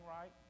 right